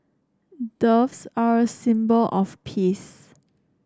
doves are a symbol of peace